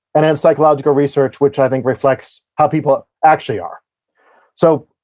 and then psychological research which i think reflects how people actually are so,